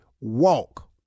walk